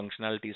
functionalities